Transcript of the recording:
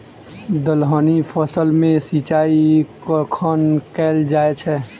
दलहनी फसल मे सिंचाई कखन कैल जाय छै?